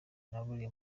naburiye